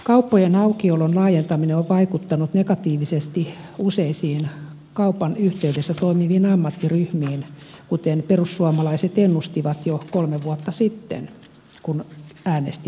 kauppojen aukiolon laajentaminen on vaikuttanut negatiivisesti useisiin kaupan yhteydessä toimiviin ammattiryhmiin kuten perussuomalaiset ennustivat jo kolme vuotta sitten kun äänestimme asiasta